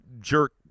jerk